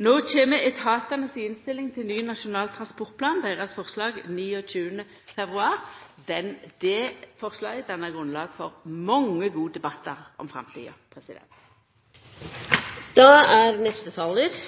No kjem etatane si innstilling til ny Nasjonal transportplan 29. februar. Det forslaget vil danna grunnlag for mange gode debattar om framtida.